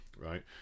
right